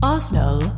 Arsenal